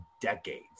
decades